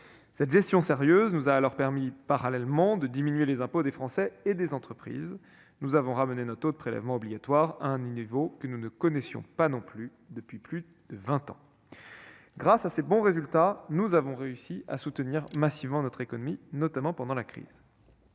Cette gestion sérieuse nous a permis de faire baisser les impôts des Français et des entreprises : nous avons ramené le taux de prélèvements obligatoires à un niveau que nous n'avions pas connu depuis plus de vingt ans. Grâce à ces bons résultats, nous avons réussi à soutenir massivement notre économie, notamment pendant la crise.